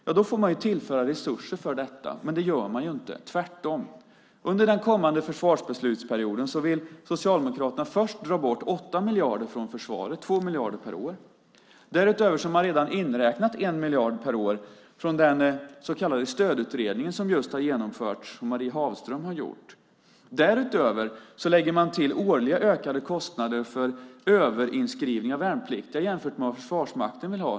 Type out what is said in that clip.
Men då måste man tillföra resurser för detta, vilket man dock inte gör. Tvärtom vill Socialdemokraterna under den kommande försvarsbeslutsperioden först dra bort 8 miljarder från försvaret, 2 miljarder per år. Därutöver har man redan inräknat 1 miljard per år från den så kallade Stödutredningen, som just genomförts av Marie Hafström. Till detta lägger man årliga ökade kostnader för överinskrivning av värnpliktiga jämfört med vad Försvarsmakten vill ha.